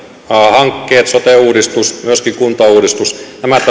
hankkeet sote uudistus myöskin kuntauudistus